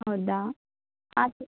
ಹೌದಾ ಆದರೆ